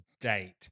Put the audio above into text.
date